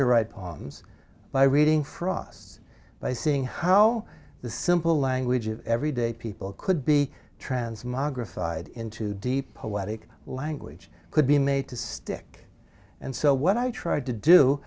to write poems by reading frost's by seeing how the simple language of everyday people could be transmogrified into deep poetic language could be made to stick and so when i tried to do